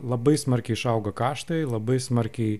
labai smarkiai išauga kaštai labai smarkiai